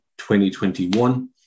2021